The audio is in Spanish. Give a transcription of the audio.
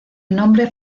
nombre